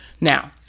Now